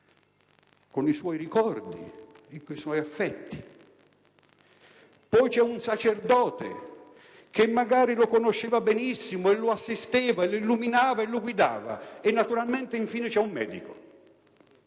con i suoi ricordi e con i suoi affetti; c'è ancora un sacerdote che magari lo conosceva benissimo, lo assisteva, lo illuminava e guidava; e naturalmente, infine, c'è un medico.